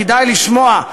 כדאי לשמוע,